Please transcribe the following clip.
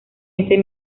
ese